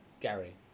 Gary